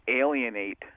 alienate